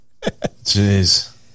Jeez